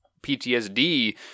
PTSD